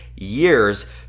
years